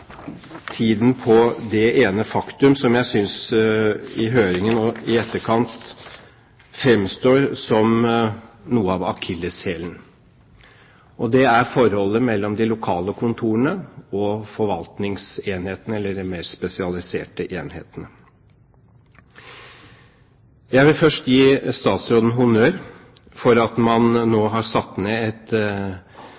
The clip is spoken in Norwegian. tiden på det ene faktum som jeg synes i høringen og i etterkant av den, fremstår som akilleshælen: forholdet mellom de lokale kontorene og forvaltningsenhetene, eller de mer spesialiserte enhetene. Jeg vil først gi statsråden honnør for at man nå